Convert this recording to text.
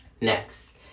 next